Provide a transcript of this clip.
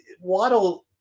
Waddle –